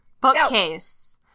bookcase